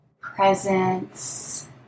Presence